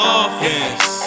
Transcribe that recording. office